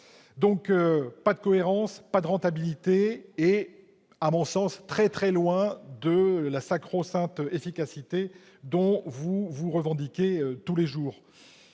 ! Pas de cohérence, pas de rentabilité et, à mon sens, pas non plus la sacro-sainte efficacité que vous revendiquez tous les jours